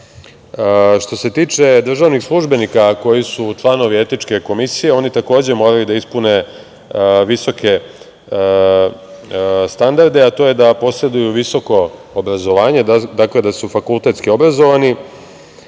se tiče državnih službenika koji su članovi etičke komisije, oni takođe moraju da ispune visoke standarde, a to je da poseduju visoko obrazovanje, dakle, da su fakultetski obrazovani